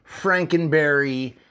Frankenberry